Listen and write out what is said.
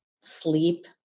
sleep